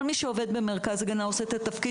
כל מי שעובד במרכז הגנה עושה את התפקיד